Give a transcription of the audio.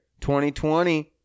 2020